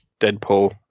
Deadpool